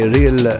real